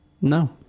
no